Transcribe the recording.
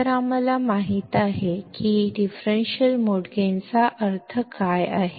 तर आता आम्हाला माहित आहे की डिफरेंशियल मोड गेनचा अर्थ काय आहे